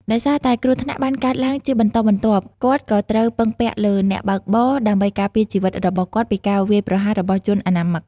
ដោយសារតែគ្រោះថ្នាក់បានកើតឡើងជាបន្តបន្ទាប់ គាត់ក៏ត្រូវពឹងពាក់លើអ្នកបើកបរដើម្បីការពារជីវិតរបស់គាត់ពីការវាយប្រហាររបស់ជនអនាមិក។